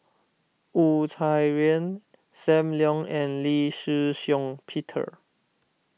Wu Tsai Yen Sam Leong and Lee Shih Shiong Peter